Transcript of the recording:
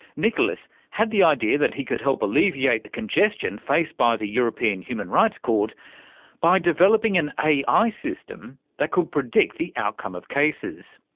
nikolaos had the idea that he could help alleviate the congestion faced by the european human rights court by developing an ai system that could predict the outcome of cases.